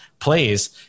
plays